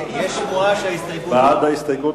בעד ההסתייגות,